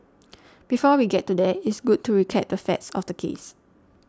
before we get to that it's good to recap the facts of the case